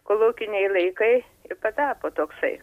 kolūkiniai laikai ir patapo toksai